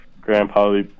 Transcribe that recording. grandpa